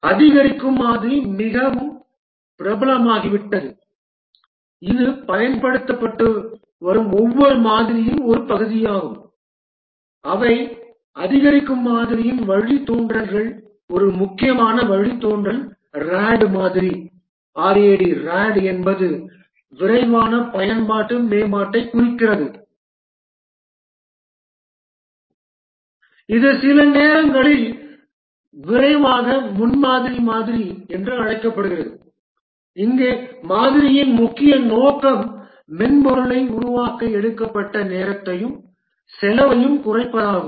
அதிகரிக்கும் மாதிரி மிகவும் பிரபலமாகிவிட்டது இது பயன்படுத்தப்பட்டு வரும் ஒவ்வொரு மாதிரியின் ஒரு பகுதியாகும் அவை அதிகரிக்கும் மாதிரியின் வழித்தோன்றல்கள் ஒரு முக்கியமான வழித்தோன்றல் RAD மாதிரி RAD என்பது விரைவான பயன்பாட்டு மேம்பாட்டைக் குறிக்கிறது இது சில நேரங்களில் விரைவான முன்மாதிரி மாதிரி என்று அழைக்கப்படுகிறது இங்கே மாதிரியின் முக்கிய நோக்கம் மென்பொருளை உருவாக்க எடுக்கப்பட்ட நேரத்தையும் செலவையும் குறைப்பதாகும்